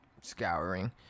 scouring